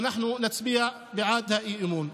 ואנחנו נצביע בעד האי-אמון.